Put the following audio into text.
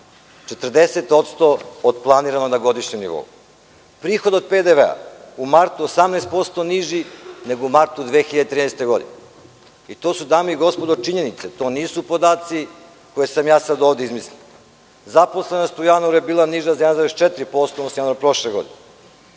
40% od planiranog na godišnjem nivou. Prihod od PDV-a u martu 18% niži nego u martu 2013. godine. To su činjenice, to nisu podaci koje sam ovde izmislio. Zaposlenost u januaru je bila niža za 1,4% u odnosu na januar prošle godine.